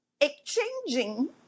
exchanging